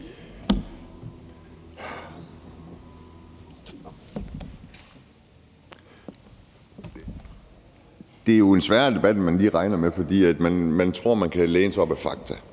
Det er jo en sværere debat, end man lige regner med, for man tror, at man kan læne sig op ad fakta,